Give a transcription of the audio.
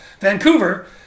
Vancouver